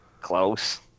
close